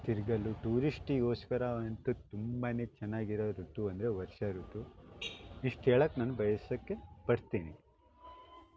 ತಿರುಗಲು ಟೂರಿಸ್ಟಿಗೋಸ್ಕರ ಅಂತು ತುಂಬನೇ ಚೆನ್ನಾಗಿರೋ ಋತು ಅಂದರೆ ವರ್ಷ ಋತು ಇಷ್ಟು ಹೇಳೋಕೆ ನಾನು ಬಯಸೋಕ್ಕೆ ಪಡ್ತೀನಿ